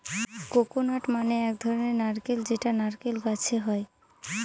coconut মানে এক ধরনের নারকেল যেটা নারকেল গাছে হয়